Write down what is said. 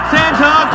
Santa